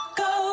go